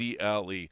CLE